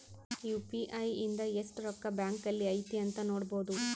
UPI ಇಂದ ಎಸ್ಟ್ ರೊಕ್ಕ ಬ್ಯಾಂಕ್ ಅಲ್ಲಿ ಐತಿ ಅಂತ ನೋಡ್ಬೊಡು